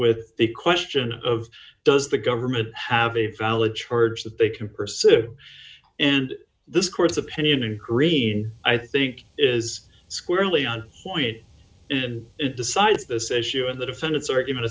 with the question of does the government have a valid charge that they can pursue and this court's opinion in green i think is squarely on point and it decides this issue of the defendants